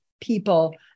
people